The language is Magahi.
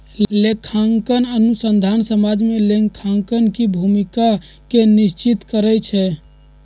लेखांकन अनुसंधान समाज में लेखांकन के भूमिका के निश्चित करइ छै